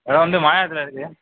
இது வந்து மாயாவரத்தில் இருக்குது